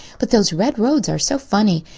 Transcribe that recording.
but those red roads are so funny.